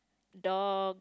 dogs